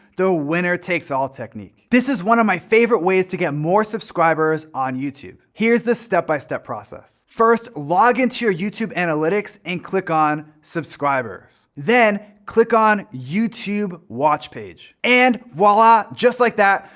the winner takes all technique. this is one of my favorite ways to get more subscribers on youtube. here's the step by step process. first, log into your youtube analytics and click on subscribers. then click on youtube watch page. and voila, just like that,